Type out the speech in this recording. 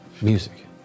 music